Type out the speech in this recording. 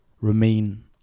remain